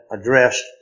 addressed